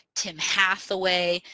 tim hathaway,